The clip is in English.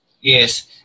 Yes